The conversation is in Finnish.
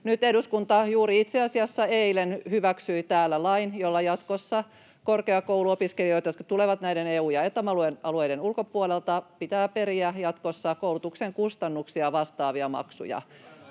Nyt eduskunta juuri itse asiassa eilen hyväksyi täällä lain, jolla jatkossa korkeakouluopiskelijoilta, jotka tulevat näiden EU- ja Eta-alueiden ulkopuolelta, pitää periä jatkossa koulutuksen kustannuksia vastaavia maksuja.